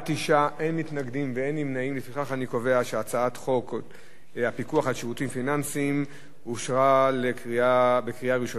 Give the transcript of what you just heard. ההצעה להעביר את הצעת חוק הפיקוח על שירותים פיננסיים (תיקוני חקיקה),